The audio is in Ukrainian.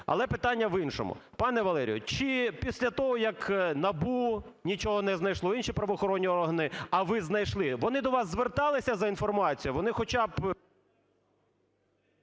Але питання в іншому. Пане Валерію, чи після того, як НАБУ нічого не знайшло, і інші правоохоронні органи, а ви знайшли, вони до вас зверталися за інформацією, вони хоча б…